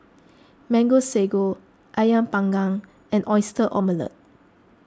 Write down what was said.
Mango Sago Ayam Panggang and Oyster Omelette